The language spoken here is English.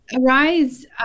Arise